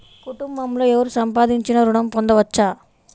కుటుంబంలో ఎవరు సంపాదించినా ఋణం పొందవచ్చా?